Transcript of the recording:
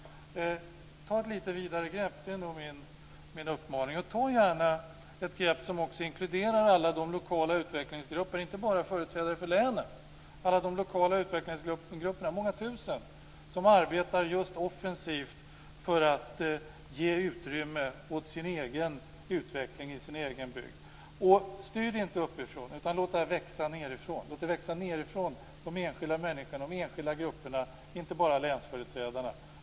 Ta ett lite vidare grepp, det är nog min uppmaning! Ta också gärna ett grepp som inkluderar alla de lokala utvecklingsgrupper - inte bara företrädare för länen - som är många tusen och som arbetar just offensivt för att ge utrymme åt sin egen utveckling i sin egen bygd. Styr inte detta uppifrån, utan låt det växa nerifrån, från de enskilda människorna och de enskilda grupperna, inte bara länsföreträdarna.